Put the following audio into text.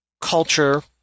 culture